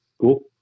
Cool